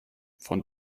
von